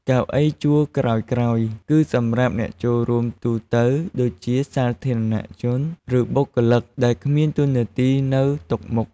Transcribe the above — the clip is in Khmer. កៅអីជួរក្រោយៗ គឺសម្រាប់អ្នកចូលរួមទូទៅ ដូចជាសាធារណជន ឬបុគ្គលិកដែលគ្មានតួនាទីនៅតុមុខ។